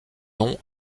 nom